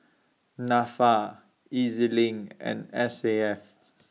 Nafa Ez LINK and S A F